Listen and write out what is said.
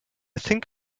think